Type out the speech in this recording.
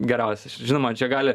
geriausias žinoma čia gali